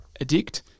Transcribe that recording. addict